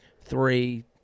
Three